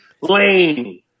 lane